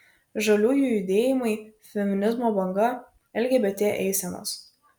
žaliųjų judėjimai feminizmo banga lgbt eisenos